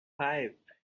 five